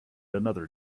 another